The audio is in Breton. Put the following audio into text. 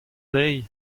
deiz